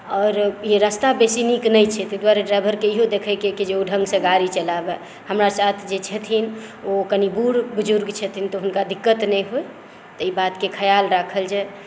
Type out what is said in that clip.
आओर ई रस्ता बेसी नीक नहि छै तै दुआरे ड्राइवरकेँ इहो देखैके जे ओ ढंगसँ गाड़ी चलाबए हमरा साथ जे छथिन ओ कनी बुढ बुजुर्ग छथिन तऽ हुनका दिक्कत नहि होइ तऽ ई बातके खयाल राखल जाय